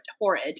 horrid